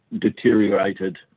deteriorated